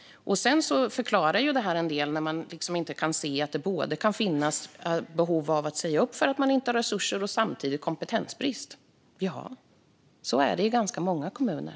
Sedan förklarar det ju en del att man inte kan se att det kan finnas både behov av att säga upp för att man inte har resurser och samtidigt kompetensbrist. Ja, så är det i ganska många kommuner.